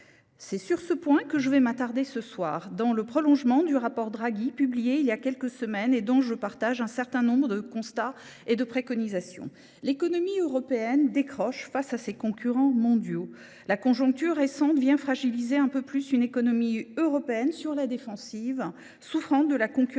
C’est sur ce point que je vais m’attarder ce soir, dans le prolongement du rapport Draghi, qui a été publié voilà quelques semaines et dont je partage un certain nombre de constats et de préconisations. L’économie européenne décroche face à ses concurrents mondiaux. La conjoncture récente vient fragiliser un peu plus une économie européenne sur la défensive souffrant de la concurrence